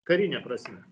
karine prasme